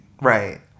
right